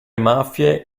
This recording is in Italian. mafie